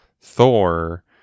Thor